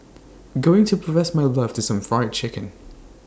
going to profess my love to some Fried Chicken